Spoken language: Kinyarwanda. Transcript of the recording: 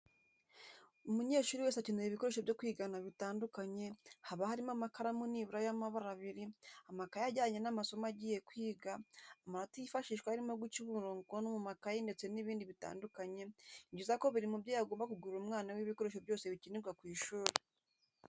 Umunyeshuri wese akenera ibikoresho byo kwigana bitandukanye haba harimo amakaramu nibura y'amabara abiri, amakayi ajyanye n'amasomo agiye kwiga, amarati yifashisha arimo guca umurongo mu makayi ndetse n'ibindi bitandukanye, ni byiza ko buri mubyeyi agomba kugurira umwana we ibikoresho byose bikenerwa ku ishuri.